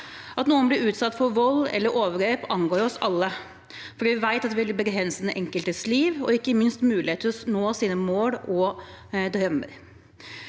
At noen blir utsatt for vold eller overgrep, angår oss alle, fordi vi vet at det vil begrense den enkeltes liv og ikke minst muligheter til å nå sine mål og drømmer.